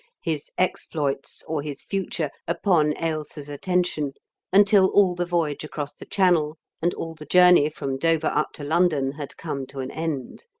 his exploits, or his future upon ailsa's attention until all the voyage across the channel and all the journey from dover up to london had come to an end